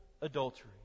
adultery